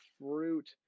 fruit